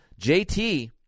jt